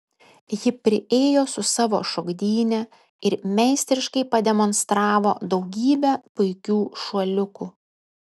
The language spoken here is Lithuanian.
ji priėjo su savo šokdyne ir meistriškai pademonstravo daugybę puikių šuoliukų